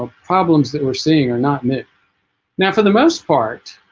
ah problems that we're seeing are not met now for the most part